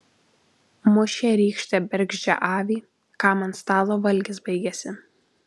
mušė rykšte bergždžią avį kam ant stalo valgis baigėsi